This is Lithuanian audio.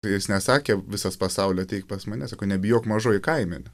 tai jis nesakė visas pasauli ateik pas mane sako nebijok mažoji kaimene